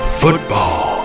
football